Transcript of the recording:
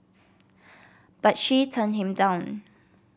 but she turned him down